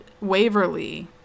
Waverly